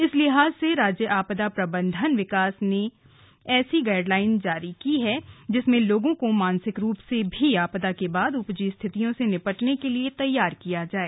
इस लिहाज से राज्य आपदा प्रबंधन विभाग ने ऐसी गाइडलाइंस तैयार की है जिससें लोगों को मानसिक रूप से भी आपदा के बाद उपजी स्थितियों से निपटने के लिए तैयार किया जाए